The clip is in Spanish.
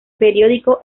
periódico